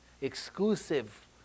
exclusive